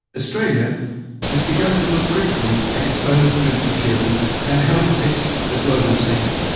australia has begun to look critically at its own food security and how it fits the global scene.